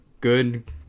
good